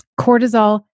Cortisol